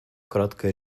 краткое